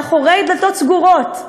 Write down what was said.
מאחורי דלתות סגורות: